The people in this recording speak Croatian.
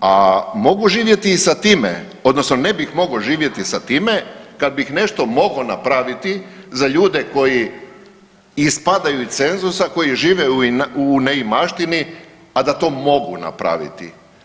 a mogu živjeti i sa time odnosno ne bih mogao živjeti sa time kada bi nešto mogao napraviti za ljude koji ispadaju iz cenzusa koji žive u neimaštini, a da to mogu napraviti.